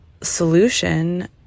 solution